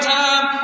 time